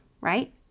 right